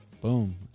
Boom